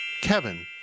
Kevin